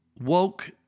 Woke